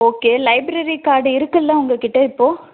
okay library card இருக்குல உங்கள்கிட்ட இப்போ